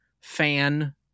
fan